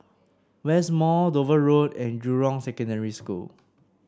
West Mall Dover Road and Jurong Secondary School